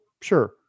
Sure